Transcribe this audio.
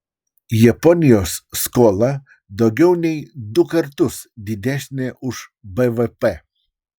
japonijos skola daugiau nei du kartus didesnė už bvp